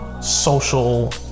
social